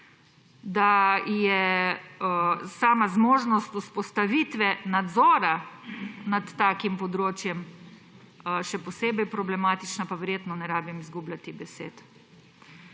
Da je sama zmožnost vzpostavitve nadzora nad takim področjem še posebej problematična, pa verjetno ne rabim izgubljati besed.